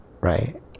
Right